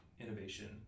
innovation